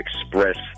express